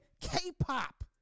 K-pop